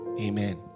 Amen